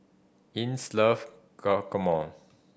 Ines love Guacamole